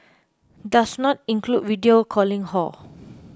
does not include video calling hor